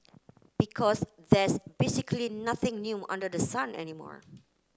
because there's basically nothing new under the sun anymore